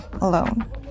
alone